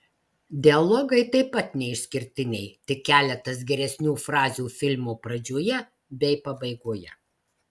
dialogai taip pat neišskirtiniai tik keletas geresnių frazių filmo pradžioje bei pabaigoje